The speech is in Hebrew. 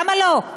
למה לא?